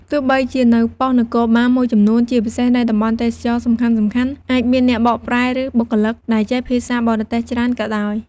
ទោះបីជានៅប៉ុស្តិ៍នគរបាលមួយចំនួន ជាពិសេសនៅតំបន់ទេសចរណ៍សំខាន់ៗ អាចមានអ្នកបកប្រែ ឬបុគ្គលិកដែលចេះភាសាបរទេសច្រើនក៏ដោយ។